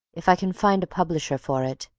if i can find a publisher for it,